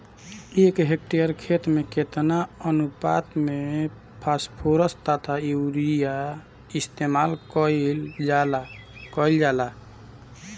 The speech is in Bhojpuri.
एक हेक्टयर खेत में केतना अनुपात में फासफोरस तथा यूरीया इस्तेमाल कईल जाला कईल जाला?